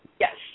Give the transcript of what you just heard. Yes